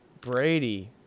Brady